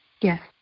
Yes